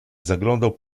zaglądał